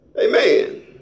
Amen